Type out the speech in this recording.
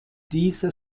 dieser